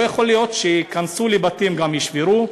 לא יכול להיות שייכנסו לבתים וישברו,